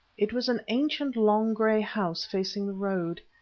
it was an ancient long grey house, facing the road.